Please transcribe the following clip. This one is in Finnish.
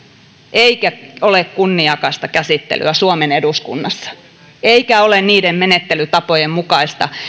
eikä ole kunniakasta käsittelyä suomen eduskunnassa eikä ole niiden menettelytapojen mukaista